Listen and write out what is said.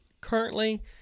currently